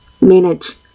manage